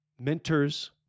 mentors